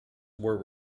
were